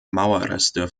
mauerreste